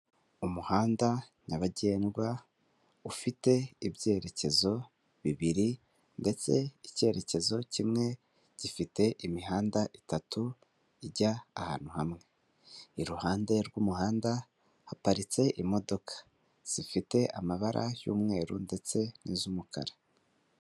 Umuhanda nyabagendwa ufite ibyerekezo bibiri ndetse icyerekezo kimwe gifite imihanda itatu ijya ahantu hamwe, iruhande rw'umuhanda haparitse imodoka zifite amabara y'umweru ndetse n'izumukara.